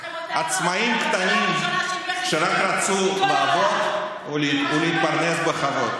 עצמאים קטנים שרק רצו לעבוד ולהתפרנס בכבוד,